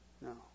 No